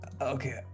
okay